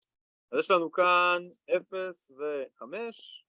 אז יש לנו כאן אפס וחמש